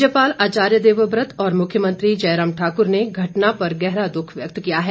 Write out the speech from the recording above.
राज्यपाल आचार्य देवव्रत और मुख्यमंत्री जयराम ठाकुर ने घटना पर गहरा दुख व्यक्त किया है